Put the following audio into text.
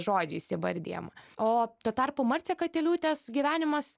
žodžiais įvardijama o tuo tarpu marcė katiliūtės gyvenimas